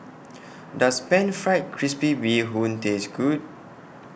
Does Pan Fried Crispy Bee Hoon Taste Good